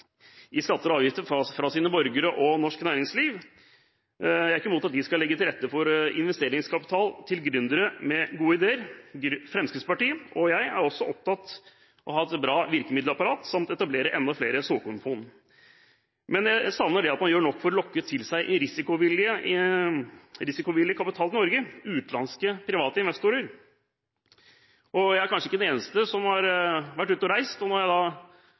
i skatter og avgifter fra sine borgere og norsk næringsliv – skal legge til rette for investeringskapital til gründere med gode ideer. Fremskrittspartiet og jeg er også opptatt av at vi skal ha et bra virkemiddelapparat samt etablere enda flere såkornfond. Men jeg savner det at man gjør nok for å lokke til seg risikovillig kapital til Norge, altså utenlandske private investorer. Jeg er kanskje ikke den eneste som har vært ute og reist, og når jeg